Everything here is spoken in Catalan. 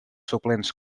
suplents